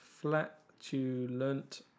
Flatulent